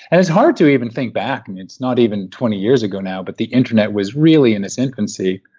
and it's hard to even think back. and it's not even twenty years ago now, but the internet was really in its infancy.